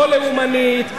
לא לאומנית,